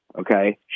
okay